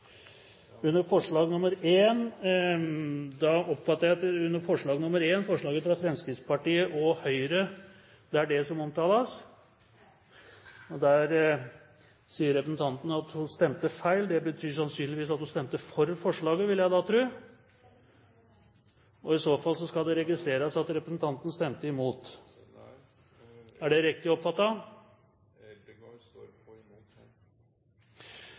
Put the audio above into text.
under forslag nr. 1 i denne saka. Under forslag nr. 1? Da oppfatter jeg at det er forslag nr. 1, fra Fremskrittspartiet og Høyre, som omtales? Representanten sier at hun stemte feil. Det betyr sannsynligvis at hun stemte for forslaget, vil jeg tro. I så fall skal det registreres at representanten stemte imot. Er det riktig